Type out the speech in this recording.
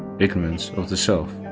ignorance of the self.